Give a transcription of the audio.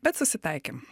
bet susitaikėm